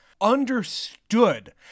understood